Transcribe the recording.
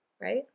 right